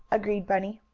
agreed bunny.